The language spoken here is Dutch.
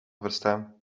verstaan